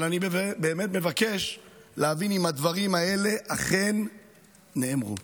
אבל אני באמת מבקש להבין אם הדברים האלה אכן נאמרו.